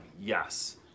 Yes